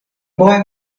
boy